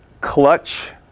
clutch